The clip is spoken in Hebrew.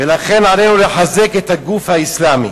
ולכן עלינו לחזק את הגוף האסלאמי.